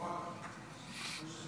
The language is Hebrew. חבריי חברי הכנסת,